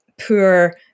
poor